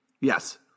Yes